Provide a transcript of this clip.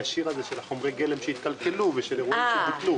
הישיר הזה של חומרי הגלם שהתקלקלו ושל אירועים שטופלו.